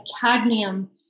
cadmium